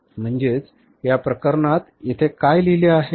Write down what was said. म्हणजे या प्रकरणात येथे काय लिहिले आहे